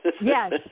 Yes